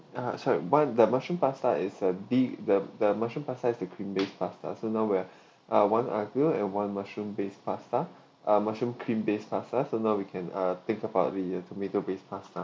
ah sorry but the mushroom pasta is a di~ the the mushroom pasta is the cream based pasta so now we are ah one aglio and one mushroom based pasta uh mushroom cream based pasta so now we can ah think about the uh tomato based pasta